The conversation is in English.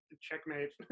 checkmate